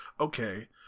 okay